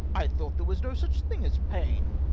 i thought there was no such thing as pain!